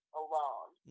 alone